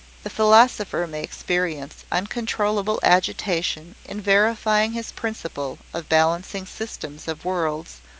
the philosopher may experience uncontrollable agitation in verifying his principle of balancing systems of worlds,